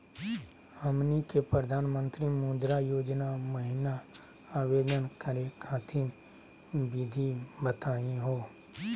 हमनी के प्रधानमंत्री मुद्रा योजना महिना आवेदन करे खातीर विधि बताही हो?